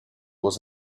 was